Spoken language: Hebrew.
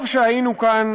טוב שהיינו כאן,